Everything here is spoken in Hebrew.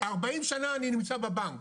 40 שנה אני נמצא בבנק,